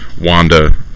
Wanda